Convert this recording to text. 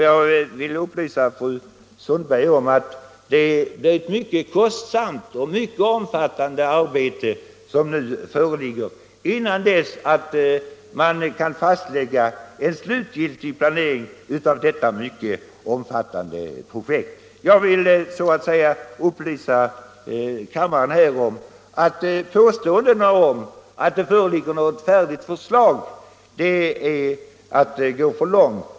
Jag vill upplysa fru Sundberg om att det är ett mycket kostsamt och mycket omfattande arbete innan man kan fastlägga en slutgiltig planering av detta mycket stora projekt. Jag vill också säga till kammarens ledamöter att det är att gå alldeles för långt att påstå att det föreligger något färdigt förslag.